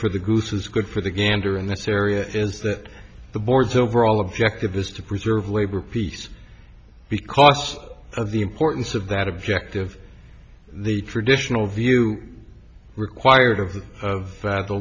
for the goose is good for the gander in this area is that the board's overall objective is to preserve labor peace because of the importance of that objective the traditional view required of the of the